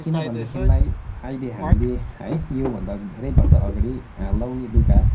किनभन्देखिलाई अहिले हामीले है यो भन्दा धेरै बर्ष अगाडि लगाउने लुगा